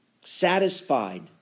Satisfied